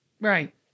Right